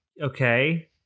Okay